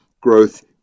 growth